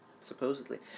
supposedly